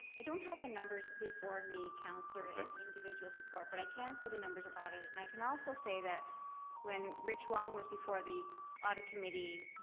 i don't have the numbers before me councillor and individual support but i can say the numbers are audited. and i can also say when rich wong was before the audit committee